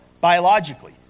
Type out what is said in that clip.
biologically